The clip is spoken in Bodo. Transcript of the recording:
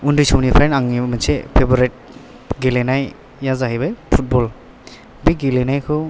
उन्दै समनिफ्राइनो आंनि मोनसे फेभारेत गेलेनाया जाहैबाय फुटबल बे गेलेनायखौ